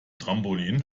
trampolin